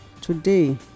Today